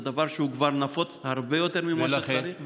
זה דבר שהוא כבר נפוץ הרבה יותר ממה שצריך,